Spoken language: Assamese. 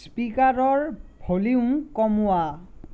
স্পীকাৰৰ ভলিউম কমোৱা